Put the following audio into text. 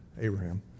Abraham